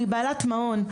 אני בעלת מעון,